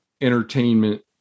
Entertainment